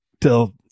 till